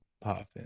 popping